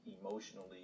emotionally